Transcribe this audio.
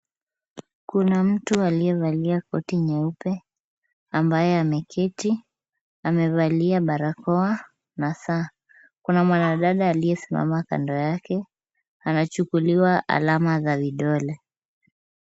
Kuna mtu aliyevalia koti nyeupe ambaye ameketi , amevalia barakoa na saa. Kuna mwanadada aliyesimama kando yake , anachukuliwa alama za vidole.